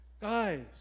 guys